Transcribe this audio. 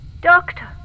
Doctor